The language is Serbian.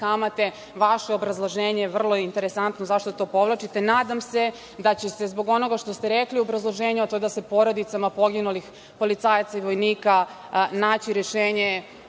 kamate vaše obrazloženje vrlo je interesantno zašto to povlačite. Nadam se da će se zbog onoga što ste rekli u obrazloženju, a to je da se porodicama poginulih policajaca i vojnika nađe rešenje